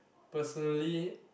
personally